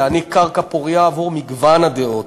להעניק קרקע פורייה עבור מגוון הדעות.